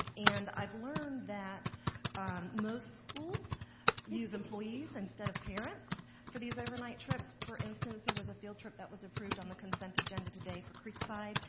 and i've learned that most schools use employees instead of parents for these overnight trips. for instance, there was a field trip that was approved on the consent agenda today for creekside,